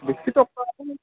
বেছি টকা নালাগে